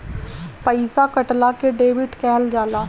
पइसा कटला के डेबिट कहल जाला